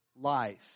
life